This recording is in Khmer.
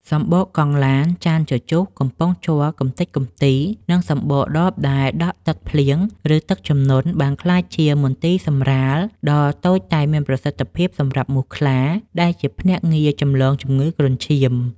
សំបកកង់ឡាន ចានជជុះ កំប៉ុងជ័រកម្ទេចកម្ទី និងសំបកដបដែលដក់ទឹកភ្លៀង ឬទឹកជំនន់ បានក្លាយជា មន្ទីរសម្រាល ដ៏តូចតែមានប្រសិទ្ធភាពសម្រាប់មូសខ្លា ដែលជាភ្នាក់ងារចម្លងជំងឺគ្រុនឈាម។